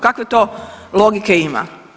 Kakve to logike ima?